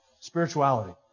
Spirituality